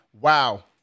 wow